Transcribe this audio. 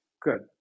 good